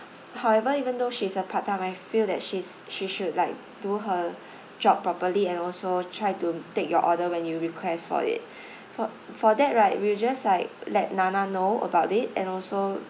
however even though she's a part-time I feel that she's she should like do her job properly and also try to take your order when you request for it for for that right we'll just like let nana know about it and also